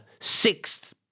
sixth